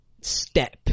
step